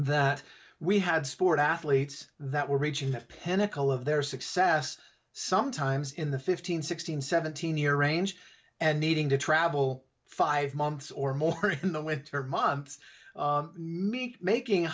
that we had sport athletes that were reaching that penacoli of their success sometimes in the fifteen sixteen seventeen year ange and needing to travel five months or more in the winter months me making